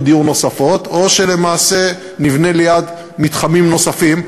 דיור נוספות או שלמעשה נבנה לידם מתחמים נוספים.